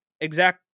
exact